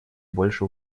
больше